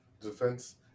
defense